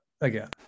again